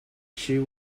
she